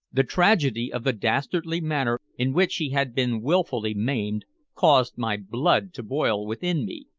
the tragedy of the dastardly manner in which she had been willfully maimed caused my blood to boil within me.